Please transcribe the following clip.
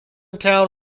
town